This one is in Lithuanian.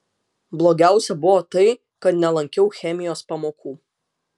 blogiausia buvo tai kad nelankiau chemijos pamokų